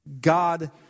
God